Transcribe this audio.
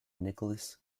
nicolas